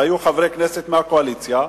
והיו חברי כנסת מהקואליציה,